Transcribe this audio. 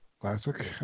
Classic